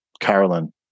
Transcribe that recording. Carolyn